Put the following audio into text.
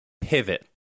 pivot